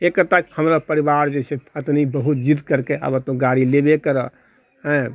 एक दा हमर परिवार जे छै पत्नी बहुत जिद्द करके आब तू गाड़ी लेबए कर है